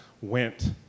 went